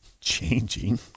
changing